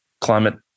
climate